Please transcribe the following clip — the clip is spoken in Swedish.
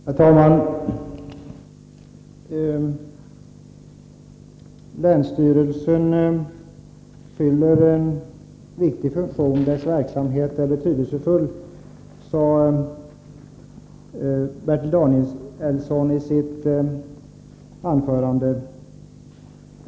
Herr talman! Länsstyrelsen fyller en viktig funktion och dess verksamhet är betydelsefull, sade Bertil Danielsson i sitt anförande.